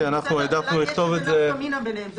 בסדר, השאלה אם יש נפקא מינה ביניהן.